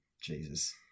Jesus